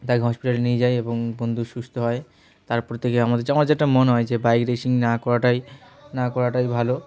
তাকে হসপিটালে নিয়ে যাই এবং বন্ধু সুস্থ হয় তারপর থেকে আমাদের আমার যেটা মনে হয় যে বাইক রেসিং না করাটাই না করাটাই ভালো